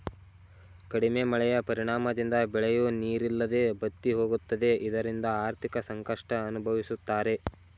ಕಡಿಮೆ ಮಳೆಯ ಪರಿಣಾಮದಿಂದ ಬೆಳೆಯೂ ನೀರಿಲ್ಲದೆ ಬತ್ತಿಹೋಗುತ್ತದೆ ಇದರಿಂದ ಆರ್ಥಿಕ ಸಂಕಷ್ಟ ಅನುಭವಿಸುತ್ತಾರೆ